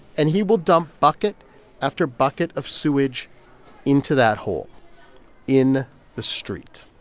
and he will dump bucket after bucket of sewage into that hole in the street.